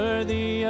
Worthy